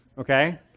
okay